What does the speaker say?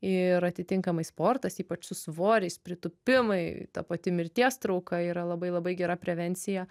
ir atitinkamai sportas ypač su svoriais pritūpimai ta pati mirties trauka yra labai labai gera prevencija